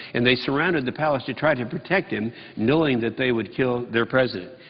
and they surrounded the palace to try to protect him knowing that they would kill their president.